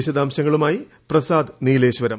വിശദാംശങ്ങളുമായി പ്രസാദ് നീലേശ്വരം